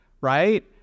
right